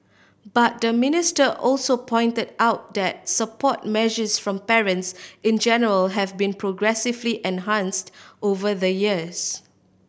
but the minister also pointed out that support measures from parents in general have been progressively enhanced over the years